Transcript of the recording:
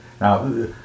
now